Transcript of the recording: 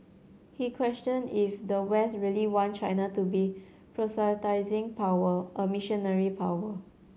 he questioned if the West really want China to be proselytising power a missionary power